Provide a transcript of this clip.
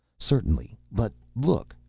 certainly. but look,